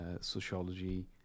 sociology